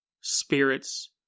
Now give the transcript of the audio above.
spirits